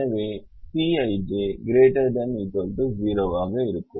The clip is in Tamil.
எனவே Cꞌij ≥ 0 ஆக இருக்கும்